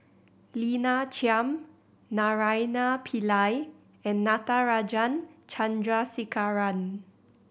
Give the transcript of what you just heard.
Lina Chiam Naraina Pillai and Natarajan Chandrasekaran